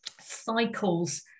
cycles